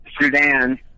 Sudan